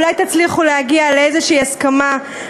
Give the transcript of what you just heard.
אולי תצליחו להגיע לאיזושהי הסכמה,